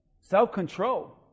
Self-control